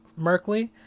Merkley